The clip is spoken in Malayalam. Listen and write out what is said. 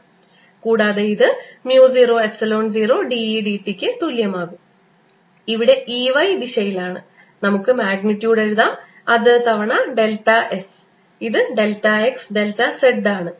കൂടാതെ ഇത് mu 0 epsilon 0 dE dt ക്ക് തുല്യമാകും ഇവിടെ E y ദിശയിലാണ് നമുക്ക് മാഗ്നിറ്റ്യൂഡ് എഴുതാം അത് തവണ ഡെൽറ്റ s ഇത് ഡെൽറ്റ x ഡെൽറ്റ z ആണ്